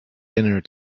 dinner